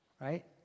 right